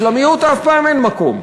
אז למיעוט אף פעם אין מקום.